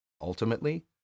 Ultimately